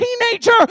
teenager